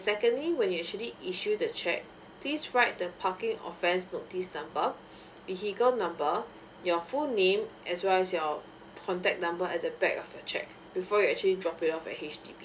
and secondly when you actually issue the cheque please write the parking offence notice number vehicle number your full name as well as your contact number at the back of your check before you actually drop it off at H_D_B